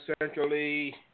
essentially